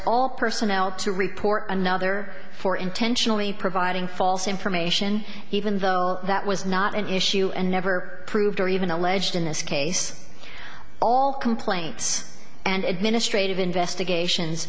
all personnel to report another for intentionally providing for false information even though that was not an issue and never proved or even alleged in this case all complaints and administrative investigations